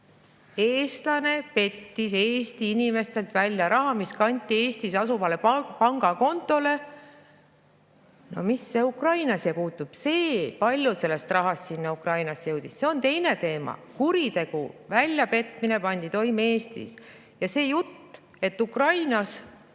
Eestlane pettis Eesti inimestelt välja raha, mis kanti Eestis asuvale pangakontole. No mis see Ukraina siia puutub? See, kui palju sellest rahast Ukrainasse jõudis, on teine teema. Kuritegu, väljapetmine pandi toime Eestis ja see jutt, et Ukrainast